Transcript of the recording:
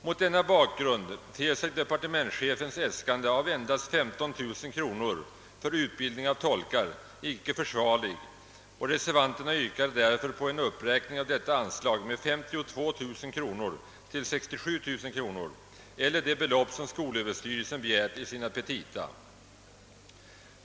Mot denna bakgrund ter sig departementschefens äskande av endast 15 000 kronor för utbildning av tolkar icke försvarlig, och reservanterna yrkar därför på en uppräkning av detta anslag med 52000 kronor till 67 000 kronor eller det belopp som skolöverstyrelsen begärt i sina petita.